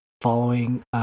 following